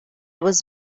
was